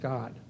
God